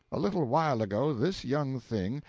a little while ago this young thing,